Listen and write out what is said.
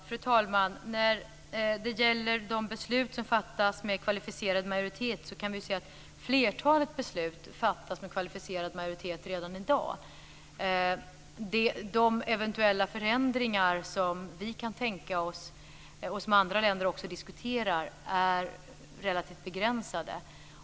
Fru talman! Flertalet beslut fattas med kvalificerad majoritet redan i dag. De eventuella förändringar som vi kan tänka oss, och som andra länder också diskuterar, är relativt begränsade.